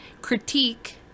critique